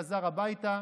חזר הביתה,